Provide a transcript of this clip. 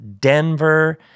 Denver